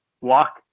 walk